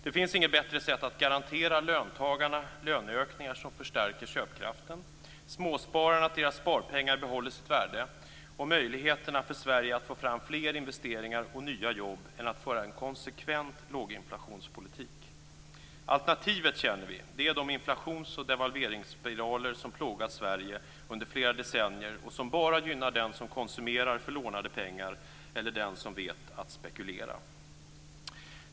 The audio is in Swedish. Det finns inget bättre sätt att garantera löntagarna löneökningar som förstärker köpkraften, småspararna att deras sparpengar behåller sitt värde och möjligheterna för Sverige att få fram fler investeringar och nya jobb än att föra en konsekvent låginflationspolitik. Alternativet känner vi. Det är de inflations och devalveringsspiraler som plågat Sverige under flera decennier och som bara gynnar den som konsumerar för lånade pengar eller den som vet att spekulera.